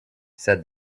said